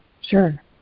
Sure